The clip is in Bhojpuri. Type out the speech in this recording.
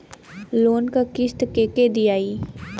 लोन क किस्त के के दियाई?